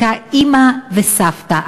הייתה אימא וסבתא,